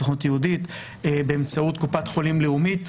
עם הסוכנות היהודית באמצעות קופת חולים לאומית,